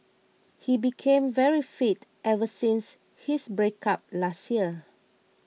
he became very fit ever since his breakup last year